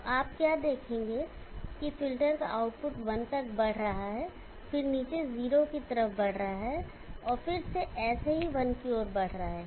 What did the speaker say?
तो आप देखेंगे कि फ़िल्टर का आउटपुट 1 तक बढ़ रहा है फिर नीचे 0 की तरफ बढ़ रहा है और फिर से ऐसे ही 1 की ओर बढ़ रहा है